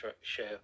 share